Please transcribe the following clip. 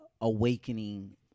awakening